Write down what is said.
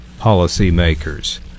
policymakers